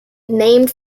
named